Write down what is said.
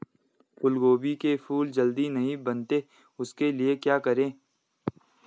फूलगोभी के फूल जल्दी नहीं बनते उसके लिए क्या करें?